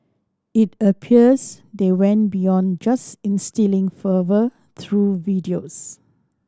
it appears they went beyond just instilling fervour through videos